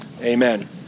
Amen